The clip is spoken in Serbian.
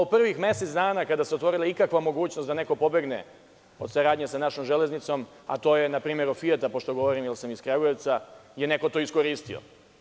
U prvih mesec dana kada se otvorila ikakva mogućnost da neko pobegne od saradnje sa našom „Železnicom“, a to je npr. „Fijat“ pošto sam iz Kragujevca, neko je to iskoristio.